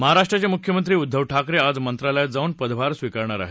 महाराष्ट्राचे मुख्यमंत्री उद्दव ठाकरे आज मंत्रालयात जाऊन पदभार स्वीकारणार आहेत